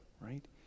right